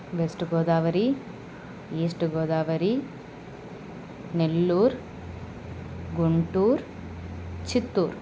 west Godavari east Godavari Nellore Guntur Chittoor